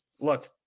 look